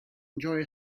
enjoy